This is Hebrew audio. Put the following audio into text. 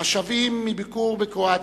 השבים מביקור בקרואטיה,